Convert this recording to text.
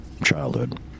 childhood